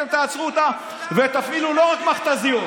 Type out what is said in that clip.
אתם תעצרו אותה ותפעילו לא רק מכת"זיות.